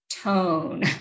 tone